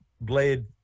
Blade